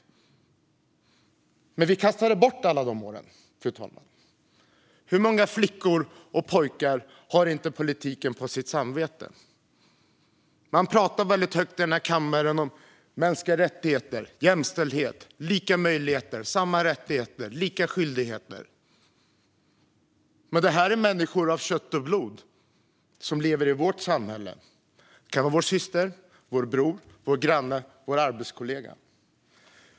Men vi kastade bort alla de åren, fru talman. Hur många flickor och pojkar har inte politiken på sitt samvete? Man pratar väldigt högt i den här kammaren om mänskliga rättigheter, jämställdhet, lika möjligheter, samma rättigheter och lika skyldigheter. Men det här är människor av kött och blod som lever i vårt samhälle. Det kan vara vår syster, vår bror, vår granne eller vår arbetskollega.